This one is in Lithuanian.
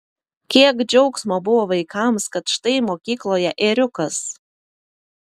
kiek džiaugsmo buvo vaikams kad štai mokykloje ėriukas